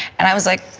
and i was like,